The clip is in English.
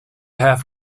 half